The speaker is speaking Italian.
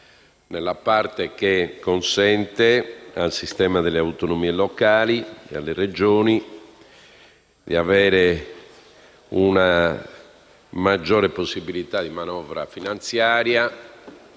nella parte che consente al sistema delle autonomie locali e alle Regioni di avere una maggiore possibilità di manovra finanziaria